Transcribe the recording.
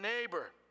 neighbor